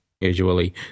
usually